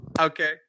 Okay